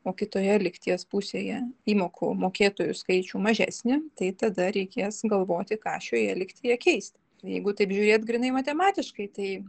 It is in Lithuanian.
o kitoje lygties pusėje įmokų mokėtojų skaičių mažesni tai tada reikės galvoti ką šioje lygtyje keisti jeigu taip žiūrėti grynai matematiškai tai